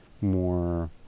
more